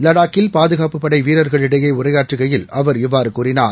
லடாக்கில் பாதுகாப்புப்படைவீரர்களிடையேஉரையாற்றுகையில் அவர் இவ்வாறுகூறினார்